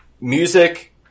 music